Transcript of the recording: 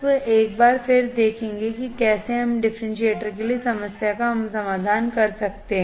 आप एक बार फिर देखेंगे कि कैसे हम एक डिफरेंशिएटरके लिए समस्या का समाधान कर सकते हैं